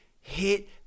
hit